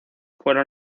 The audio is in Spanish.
fueron